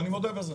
אני מודה בזה.